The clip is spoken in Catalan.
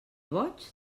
boig